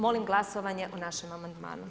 Molim glasovanje o našem amandmanu.